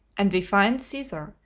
and we find caesar,